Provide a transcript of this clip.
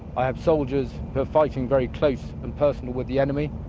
our soldiers are fighting very close and personal with the enemy,